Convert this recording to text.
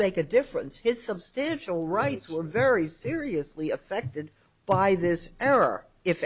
make a difference his substantial rights were very seriously affected by this error if